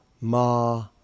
Ma